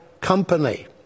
company